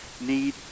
need